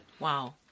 Wow